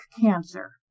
cancer